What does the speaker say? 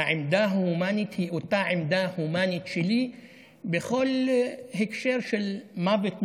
והעמדה ההומנית היא אותה עמדה הומנית שלי בכל הקשר של מוות נורא,